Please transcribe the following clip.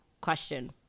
question